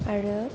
आरो